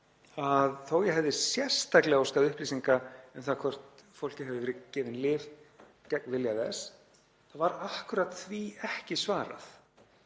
þótt ég hefði sérstaklega óskað upplýsinga um það hvort fólki hefði verið gefið lyf gegn vilja þess var því akkúrat ekki svarað.